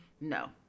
no